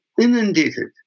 inundated